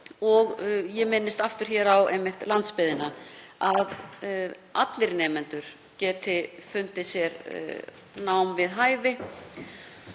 Ég minnist aftur á landsbyggðina, að allir nemendur geti fundið sér nám við hæfi